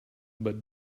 but